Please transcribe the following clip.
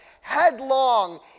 headlong